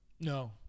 No